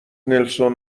نلسون